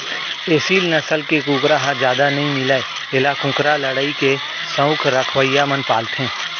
एसील नसल के कुकरा ह जादा नइ मिलय एला कुकरा लड़ई के सउख रखवइया मन पालथें